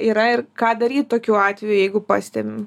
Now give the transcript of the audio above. yra ir ką daryt tokiu atveju jeigu pastebim